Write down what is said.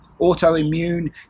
autoimmune